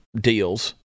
deals